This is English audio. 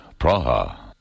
Praha (